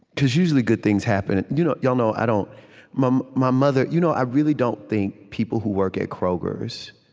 because usually, good things happen you know y'all know, i don't my um my mother you know i really don't think people who work at kroger's,